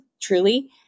truly